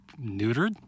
neutered